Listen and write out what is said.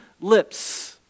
lips